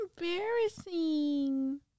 embarrassing